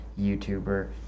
YouTuber